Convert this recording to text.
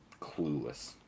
clueless